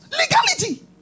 Legality